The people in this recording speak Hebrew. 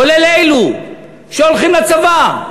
כולל אלו שהולכים לצבא.